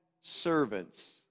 servants